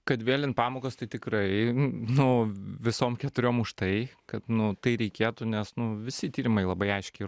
kad vėlint pamokos tai tikrai nu visom keturiom už tai kad nu tai reikėtų nes nu visi tyrimai labai aiškiai